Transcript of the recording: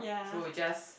so you just